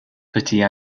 petit